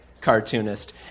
cartoonist